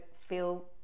feel